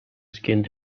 skinned